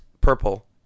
purple